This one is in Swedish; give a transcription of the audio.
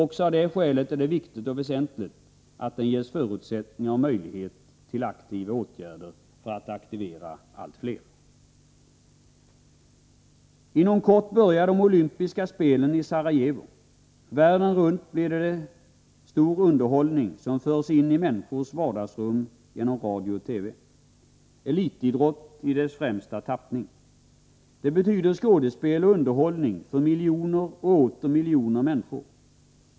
Också av det skälet är det viktigt och väsentligt att idrottsrörelsen ges förutsättningar och möjligheter att aktivera allt fler ungdomar. Inom kort börjar de olympiska spelen i Sarajevo. Världen runt blir det stor underhållning som förs in i människors vardagsrum genom radio och TV — elitidrott i dess främsta tappning. Det betyder skådespel och underhållning för miljoner och åter miljoner människor.